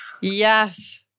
Yes